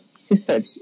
sister